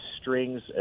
strings